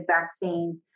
vaccine